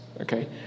okay